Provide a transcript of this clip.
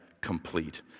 complete